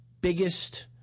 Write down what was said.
biggest